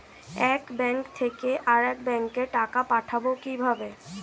এক ব্যাংক থেকে আরেক ব্যাংকে টাকা পাঠাবো কিভাবে?